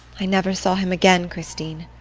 i never saw him again, christine.